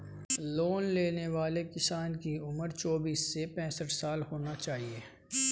loan लेने वाले किसान की उम्र चौबीस से पैंसठ साल होना चाहिए